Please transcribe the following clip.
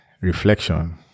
reflection